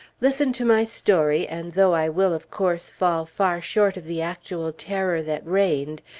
listen to my story, and though i will, of course, fall far short of the actual terror that reigned,